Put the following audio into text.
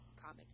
comic